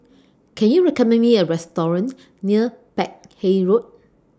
Can YOU recommend Me A Restaurant near Peck Hay Road